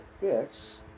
fix